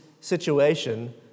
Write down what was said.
situation